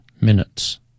minutes